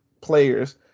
players